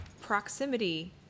proximity